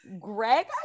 Greg